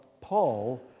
Paul